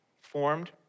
formed